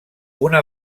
una